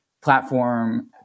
platform